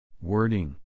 Wording